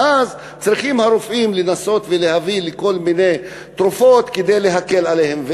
ואז הרופאים צריכים לנסות ולהביא כל מיני תרופות כדי להקל עליהם,